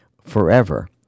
Forever